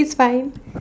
it's fine